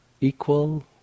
equal